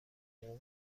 حقوق